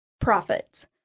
profits